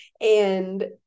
And-